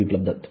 Biplab Datta